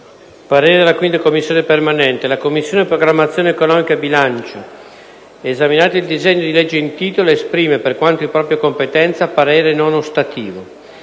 apre una nuova finestra"), *segretario*. «La Commissione programmazione economica, bilancio, esaminato il disegno di legge in titolo, esprime, per quanto di propria competenza, parere non ostativo.